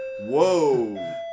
whoa